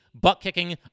butt-kicking